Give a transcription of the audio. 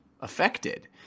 affected